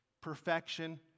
perfection